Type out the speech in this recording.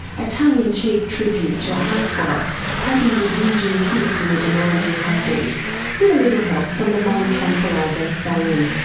a tongue in cheek tribute to a housewife coping with whinging kids and a demanding husband with a little help from the minor tranquiliser valium.